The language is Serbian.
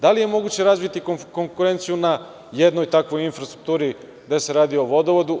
Da li je moguće razviti konkurenciju na jednoj takvoj infrastrukturi gde se radi o vodovodu?